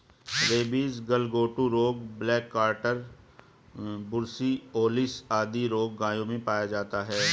rabies, गलघोंटू रोग, black quarter, brucellosis आदि रोग गायों में पाया जाता है